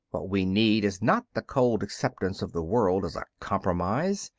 what we need is not the cold acceptance of the world as a compromise,